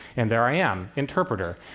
and there i am, interpreter.